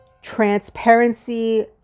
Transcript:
Transparency